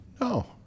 No